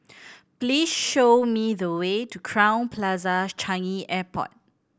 please show me the way to Crowne Plaza Changi Airport